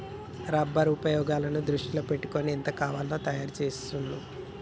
rubber ఉపయోగాలను దృష్టిలో పెట్టుకొని ఎంత కావాలో తయారు చెస్తాండ్లు